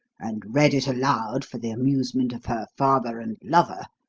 and read it aloud for the amusement of her father and lover,